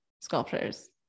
sculptures